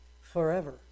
forever